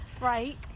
Right